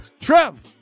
Trev